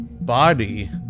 body